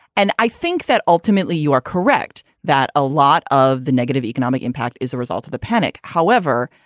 and i think that ultimately you are correct that a lot of the negative economic impact is a result of the panic. however,